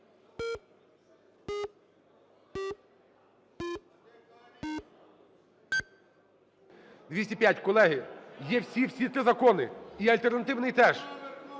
За-205 Колеги, є всі, всі три закони, і альтернативний теж.